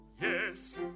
yes